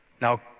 Now